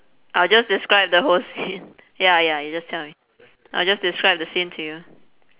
I'll just describe the whole scene ya ya you just tell me I'll just describe the scene to you